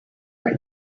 for